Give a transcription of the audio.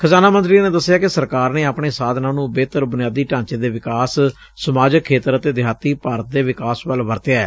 ਖਜ਼ਾਨਾ ਮੰਤਰੀ ਨੇ ਦਸਿਐ ਕਿ ਸਰਕਾਰ ਨੇ ਆਪਣੇ ਸਾਧਨਾਂ ਨੂੰ ਬੇਹਤਰ ਬੁਨਿਆਦੀ ਢਾਂਚੇ ਦੇ ਵਿਕਾਸ ਸਮਾਜਕ ਖੇਤਰ ਅਤੇ ਦਿਹਾਤੀ ਭਾਰਤ ਦੇ ਵਿਕਾਸ ਵੱਲ ਵਰਤਿਐ